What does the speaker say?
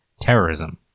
terrorism